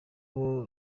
babo